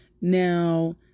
Now